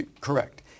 Correct